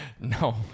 No